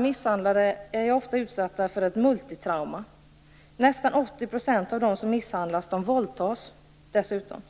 misshandlade kvinnorna är ofta utsatta för ett multitrauma. Nästan 80 % av de som misshandlas våldtas dessutom.